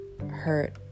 hurt